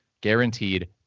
guaranteed